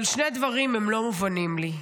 אבל שני דברים לא מובנים לי: